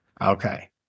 Okay